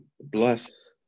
bless